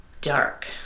dark